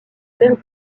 perdit